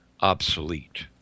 obsolete